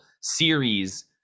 series